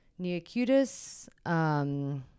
Neocutis